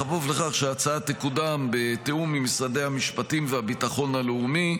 בכפוף לכך שההצעה תקודם בתיאום עם משרדי המשפטים והביטחון הלאומי,